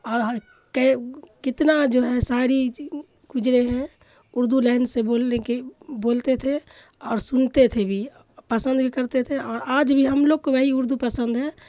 اور کتنا جو ہے شاعری گزرے ہیں اردو لائن سے بولنے کے بولتے تھے اور سنتے تھے بھی پسند بھی کرتے تھے اور آج بھی ہم لوگ کو وہی اردو پسند ہے